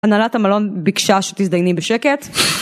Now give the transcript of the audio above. הנהלת המלון ביקשה שתזדייני בשקט